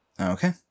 Okay